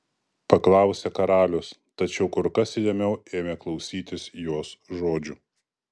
paklausė karalius tačiau kur kas įdėmiau ėmė klausytis jos žodžių